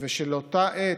ושלאותה עת,